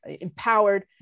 empowered